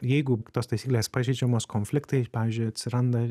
jeigu tos taisyklės pažeidžiamos konfliktai pavyzdžiui atsiranda